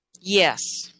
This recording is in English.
Yes